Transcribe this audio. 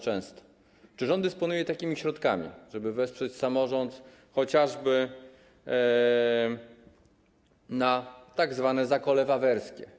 Czy rząd dysponuje takimi środkami, żeby wesprzeć samorząd, chociażby na tzw. zakole wawerskie?